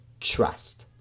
trust